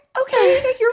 okay